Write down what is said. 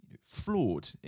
flawed